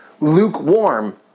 lukewarm